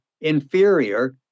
inferior